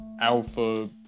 alpha